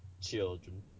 Children